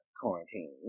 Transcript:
quarantine